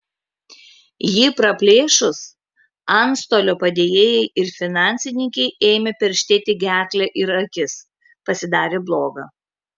jį praplėšus antstolio padėjėjai ir finansininkei ėmė perštėti gerklę ir akis pasidarė bloga